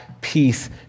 peace